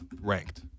ranked